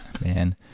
Man